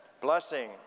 Blessing